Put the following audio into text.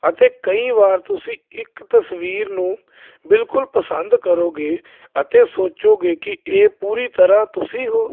ਅਤੇ ਕਈ ਵਾਰ ਤੁਸੀਂ ਇੱਕ ਤਸਵੀਰ ਨੂੰ ਬਿਲਕੁਲ ਪਸੰਦ ਕਰੋਗੇ ਅਤੇ ਸੋਚੋਗੇ ਕੀ ਇਹ ਪੂਰੀ ਤਰ੍ਹਾਂ ਤੁਸੀਂ ਹੋ